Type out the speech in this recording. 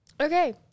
Okay